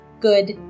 good